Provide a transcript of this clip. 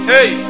Hey